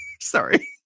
Sorry